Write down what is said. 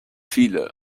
viele